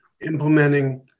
implementing